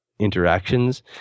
interactions